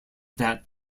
that